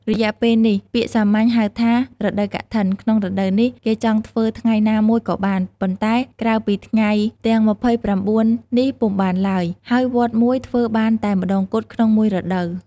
រយៈពេលនេះ ពាក្យសាមញ្ញហៅថា រដូវកឋិន ក្នុង រដូវនេះគេចង់ធ្វើថ្ងៃណាមួយក៏បាន ប៉ុន្តែក្រៅពីថ្ងៃទាំង២៩នេះពុំបានឡើយ ហើយវត្តមួយធ្វើបានតែម្តងគត់ក្នុងមួយរដូវ។